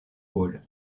hall